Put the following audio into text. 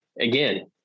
again